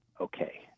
okay